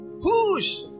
push